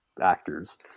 actors